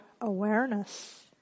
awareness